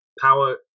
power